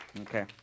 Okay